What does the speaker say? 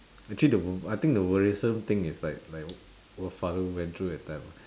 actually the wo~ I think the worrisome thing is like like what father went through that time ah